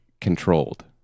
controlled